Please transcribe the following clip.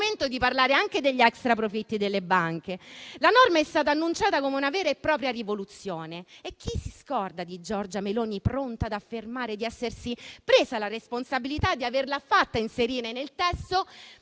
La norma è stata annunciata come una vera e propria rivoluzione. Chi si scorda di Giorgia Meloni pronta ad affermare di essersi presa la responsabilità di averla fatta inserire nel testo